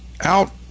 out